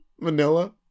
Manila